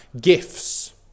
gifts